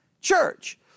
church